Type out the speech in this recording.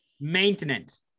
Maintenance